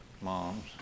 moms